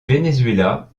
venezuela